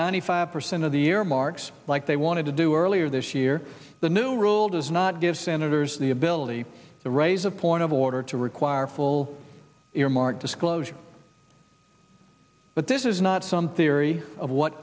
ninety five percent of the year marks like they wanted to do earlier this year the new rule does not give senators the ability to raise a point of order to require full earmark disclosure but this is not some theory of what